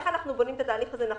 איך אנחנו בונים את התהליך הזה נכון,